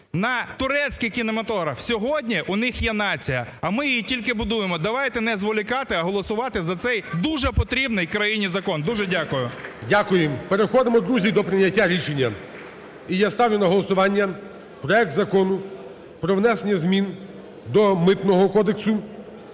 на турецький кінематограф сьогодні у них є нація, а ми її тільки будуємо давайте не зволікати, а голосувати за цей дуже потрібний країні закон. Дуже дякую. ГОЛОВУЮЧИЙ. Дякуємо. Переходимо друзі до прийняття рішення і я ставлю на голосування проект Закону про внесення змін до Митного кодексу